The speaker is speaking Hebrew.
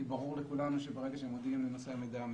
ברור לכולנו שברגע שמודיעים לנושאי המידע,